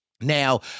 Now